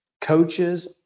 coaches